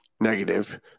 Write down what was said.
negative